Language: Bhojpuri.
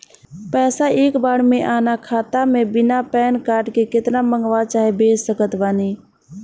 पैसा एक बार मे आना खाता मे बिना पैन कार्ड के केतना मँगवा चाहे भेज सकत बानी?